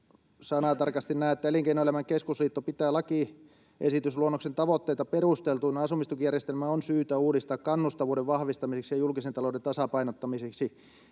sanatarkasti näin: ”Elinkeinoelämän keskusliitto pitää lakiesitysluonnoksen tavoitteita perusteltuina. Asumistukijärjestelmää on syytä uudistaa kannustavuuden vahvistamiseksi ja julkisen talouden tasapainottamiseksi.”